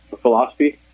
philosophy